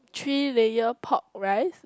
three layer pork rice